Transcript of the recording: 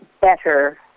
better